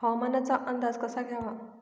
हवामानाचा अंदाज कसा घ्यावा?